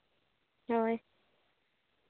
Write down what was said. ᱦᱳᱭ